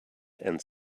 and